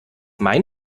mein